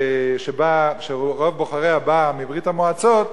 שרוב בוחריה באו מברית-המועצות,